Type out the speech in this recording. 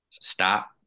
stop